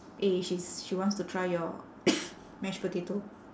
eh she's she wants to try your mashed potato